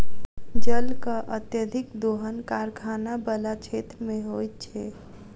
जलक अत्यधिक दोहन कारखाना बला क्षेत्र मे होइत छै